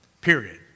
period